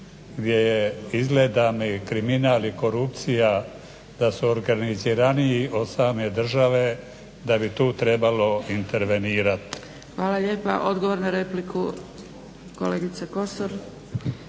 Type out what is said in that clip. je izgleda mi kriminal i korupcija da su organiziraniji od same države, da bi tu trebalo intervenirat. **Zgrebec, Dragica (SDP)** Hvala lijepa. Odgovor na repliku, kolegica Kosor.